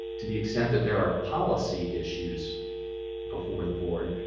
to the extent that there are policy issues before the board,